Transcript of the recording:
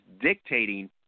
dictating